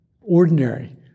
ordinary